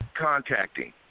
contacting